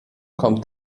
kommt